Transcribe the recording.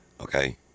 Okay